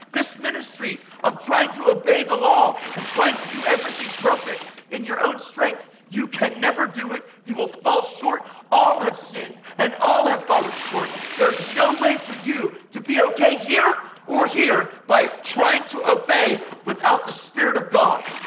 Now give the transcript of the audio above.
this ministry of trying to obey the law and trying to do everything perfect in your own strength, you can never do it, you will fall short. all have sinned and all have fallen short. there's no way for you to be okay here or here by trying to obey without the spirit of god,